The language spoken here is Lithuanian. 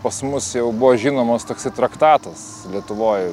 pas mus jau buvo žinomas toksai traktatas lietuvoj